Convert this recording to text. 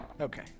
Okay